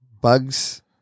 Bugs